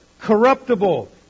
corruptible